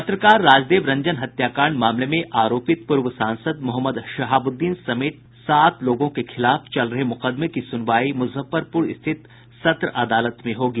पत्रकार राजदेव रंजन हत्याकांड मामले में आरोपित पूर्व सांसद मोहम्मद शहाबुद्दीन समेत सात लोगों के खिलाफ चल रहे मुकदमे की सुनवाई मुजफ्फरपुर स्थित सत्र अदालत में होगी